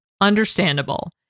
Understandable